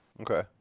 Okay